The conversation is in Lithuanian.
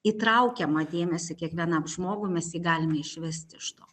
įtraukiamą dėmesį kiekvienam žmogui mes jį galime išvest iš to